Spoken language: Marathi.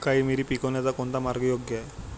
काळी मिरी पिकवण्याचा कोणता मार्ग योग्य आहे?